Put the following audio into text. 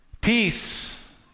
Peace